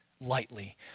lightly